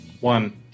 One